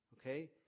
Okay